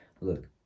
Look